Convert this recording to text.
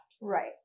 Right